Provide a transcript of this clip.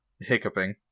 hiccuping